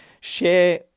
share